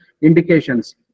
indications